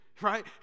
Right